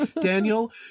daniel